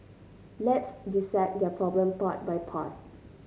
let's dissect this problem part by part